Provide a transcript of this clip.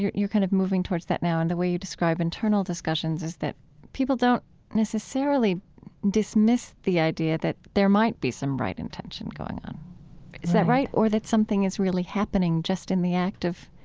you're, you're kind of moving towards that now in the way you describe internal discussions, is that people don't necessarily dismiss the idea that there might be some right intention going on right is that right or that something is really happening just in the act of,